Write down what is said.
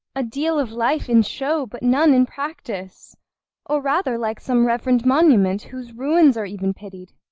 a deal of life in show, but none in practice or rather like some reverend monument whose ruins are even pitied.